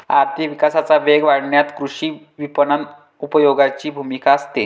आर्थिक विकासाचा वेग वाढवण्यात कृषी विपणन उपभोगाची भूमिका असते